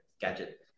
gadget